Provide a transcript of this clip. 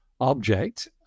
object